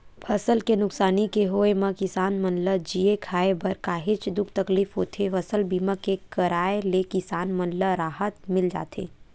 फसल के नुकसानी के होय म किसान मन ल जीए खांए बर काहेच दुख तकलीफ होथे फसल बीमा के कराय ले किसान मन ल राहत मिल जाथे